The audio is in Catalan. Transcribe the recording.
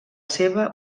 seva